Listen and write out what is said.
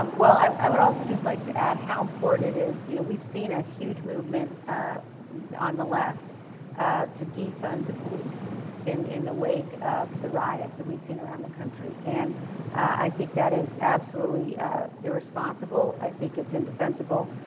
um well, i i would also just like to add how important it is, you know, we've seen a huge movement ah on the left to defund the police in in the wake of the riots that we've seen around the country. and i think that is absolutely irresponsible. i think it's indefensible.